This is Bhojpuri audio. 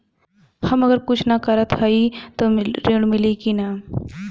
हम अगर कुछ न करत हई त ऋण मिली कि ना?